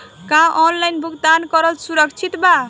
का ऑनलाइन भुगतान करल सुरक्षित बा?